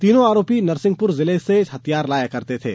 तीनों आरोपी नरसिंहपुर जिले से हथियार लाया करते थे